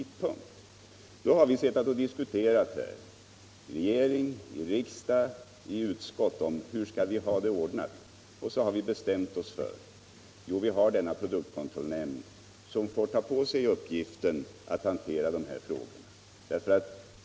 Här har vi nu diskuterat i regering, utskott och riksdag om hur vi skall ha det ordnat och beslutat att produkikontrollnämnden får ta som sin uppgift att hantera dessa frågor.